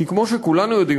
כי כמו שכולנו יודעים,